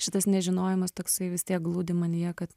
šitas nežinojimas toksai vis tiek glūdi manyje kad